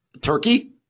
Turkey